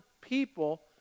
people